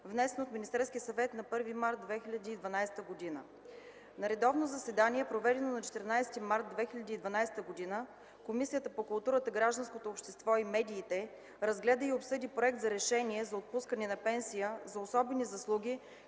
внесен от Министерския съвет на 1 март 2012 г. На редовно заседание, проведено на 14 март 2012 г., Комисията по културата, гражданското общество и медиите разгледа и обсъди Проект за решение за отпускане на пенсия за особени заслуги